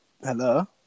Hello